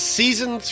season